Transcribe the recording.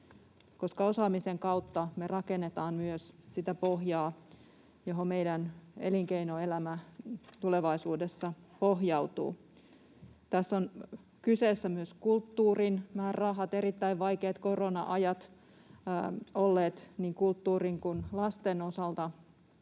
koska osaamisen kautta me rakennetaan myös sitä pohjaa, johon meidän elinkeinoelämä tulevaisuudessa pohjautuu. Tässä ovat kyseessä myös kulttuurin määrärahat — erittäin vaikeat korona-ajat niin kulttuurin kuin lasten osalta